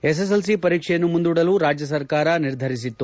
SSLC ಪರೀಕ್ಷೆಯನ್ನು ಮುಂದೂಡಲು ರಾಜ್ಯ ಸರ್ಕಾರ ನಿರ್ಧರಿಸಲಾಗಿತ್ತು